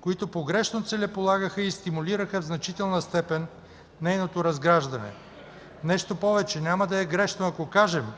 които погрешно целеполагаха и стимулираха в значителна степен нейното разграждане. Нещо повече, няма да е грешно ако кажем,